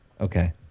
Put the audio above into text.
Okay